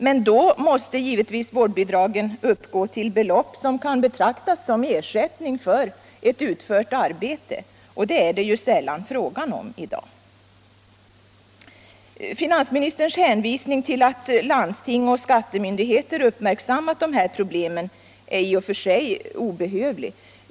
Men då måste givetvis vårdbidragen uppgå till belopp som kan betraktas som ersättning för ett utfört arbete, och det är det sällan frågan om i dag. Finansministerns hänvisning till att landsting och skattemyndigheter uppmärksammat de här problemen är i och för sig obehövlig.